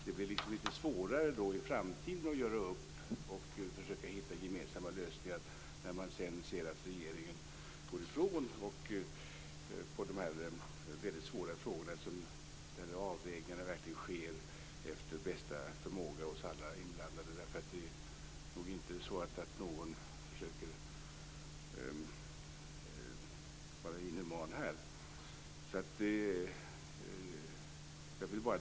Det blir litet svårare i framtiden att göra upp och försöka hitta gemensamma lösningar när man ser att regeringen går ifrån i dessa väldigt svåra frågor, där avvägningarna verkligen sker efter bästa förmåga hos alla inblandade. Det är inte så att någon försöker vara inhuman.